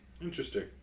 Interesting